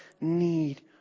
need